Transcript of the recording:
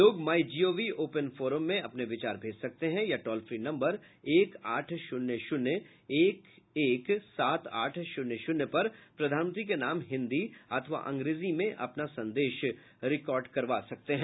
लोग my G O V open forum में अपने विचार भेज सकते है या टोल फ्री नंबर एक आठ शून्य शून्य एक एक सात आठ शून्य शून्य पर प्रधानमंत्री के नाम हिन्दी अथवा अंग्रेजी में अपना संदेश रिकॉर्ड करवा सकते है